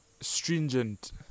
stringent